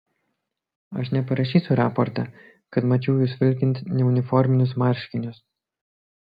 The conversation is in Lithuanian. aš neparašysiu raporte kad mačiau jus vilkint neuniforminius marškinius